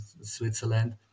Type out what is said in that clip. Switzerland